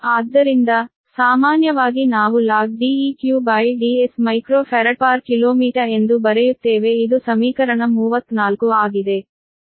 ಆದ್ದರಿಂದ ಸಾಮಾನ್ಯವಾಗಿ ನಾವು log DeqDs µFkm ಎಂದು ಬರೆಯುತ್ತೇವೆ ಇದು ಸಮೀಕರಣ 34 ಆಗಿದೆ